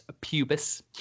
pubis